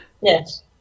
Yes